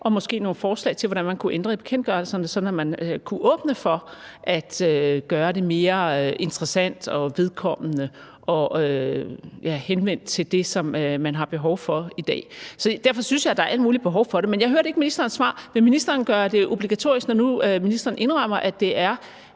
nogle forslag til, hvordan man kunne ændre i bekendtgørelserne, sådan at man kunne åbne for at gøre det mere interessant og vedkommende og henvendt til det, som man har behov for i dag. Derfor synes jeg, at der er alt muligt behov for det. Men jeg hørte ikke ministerens svar. Vil ministeren gøre det obligatorisk, når nu ministeren indrømmer, at det er